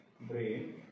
brain